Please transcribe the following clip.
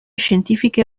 scientifiche